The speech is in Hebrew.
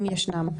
אם ישנם.